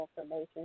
information